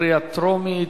בקריאה טרומית?